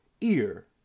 ear